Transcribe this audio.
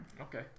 Okay